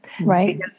Right